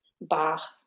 Bach